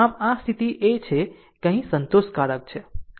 આમ આ સ્થિતિ એ છે કે અહીં સંતોષકારક છે